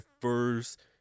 first